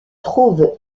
trouvent